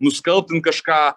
nuskalbt ten kažką